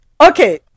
Okay